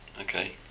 Okay